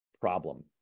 problem